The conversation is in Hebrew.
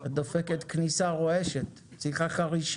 ואנחנו מגלים